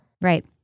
Right